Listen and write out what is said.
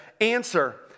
answer